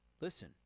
listen